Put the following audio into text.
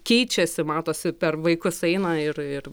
keičiasi matosi per vaikus eina ir ir